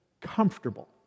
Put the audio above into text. comfortable